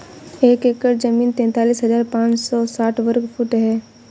एक एकड़ जमीन तैंतालीस हजार पांच सौ साठ वर्ग फुट है